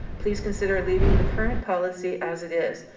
please consider leaving the current policy as it is,